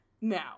now